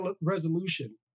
resolution